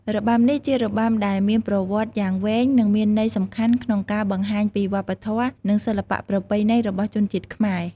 របាំនេះ ជារបាំដែលមានប្រវត្តិយ៉ាងវែងនិងមានន័យសំខាន់ក្នុងការបង្ហាញពីវប្បធម៌ និងសិល្បៈប្រពៃណីរបស់ជនជាតិខ្មែរ។